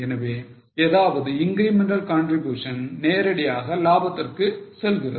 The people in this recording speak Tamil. எனவே ஏதாவது incremental contribution நேரடியாக லாபத்திற்கு செல்கிறது